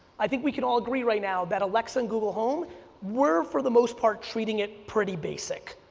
i think we can all agree right now that alexa and google home were for the most part treating it pretty basic.